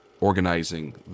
organizing